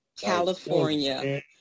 California